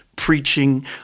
Preaching